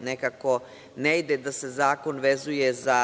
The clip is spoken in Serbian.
nekako ne ide da se zakon vezuje za